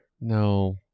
No